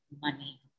money